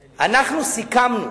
סיכמנו,